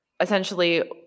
Essentially